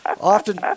often